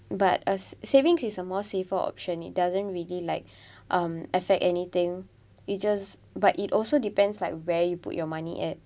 but uh savings is a more safer option it doesn't really like um affect anything it just but it also depends like where you put your money at